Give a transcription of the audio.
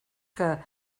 que